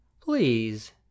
please